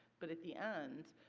but at the end,